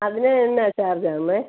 അതിന് എന്നാ ചാർജ് ആവുന്നത്